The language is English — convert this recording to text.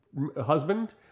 husband